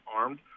armed